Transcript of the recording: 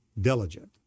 diligent